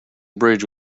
bridge